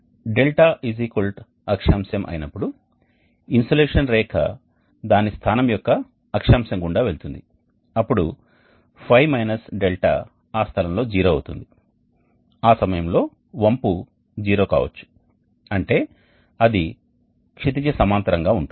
𝛿 అక్షాంశం అయినప్పుడుఇన్సోలేషన్ రేఖ దాని స్థానం యొక్క అక్షాంశం గుండా వెళుతుంది అప్పుడు ϕ - 𝛿 ఆ స్థలంలో 0 అవుతుంది ఆ సమయంలో వంపు 0 కావచ్చు అంటే అది క్షితిజ సమాంతరంగా ఉంటుంది